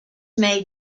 may